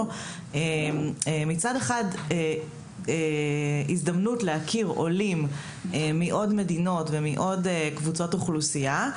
יש הזדמנות להכיר עולים מעוד מדינות ועוד קבוצות אוכלוסייה,